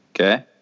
Okay